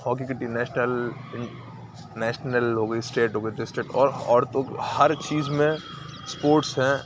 hockey team national international ہو گئی state ہو گئی تو اسٹیٹ اور عورتوں کو ہر چیز میں اسپورٹس ہیں